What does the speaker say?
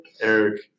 Eric